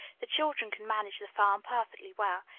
the children can manage the farm perfectly well.